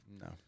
No